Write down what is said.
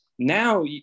Now